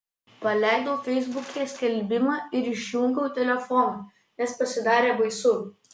paleidau feisbuke skelbimą ir išjungiau telefoną nes pasidarė baisu